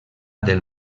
del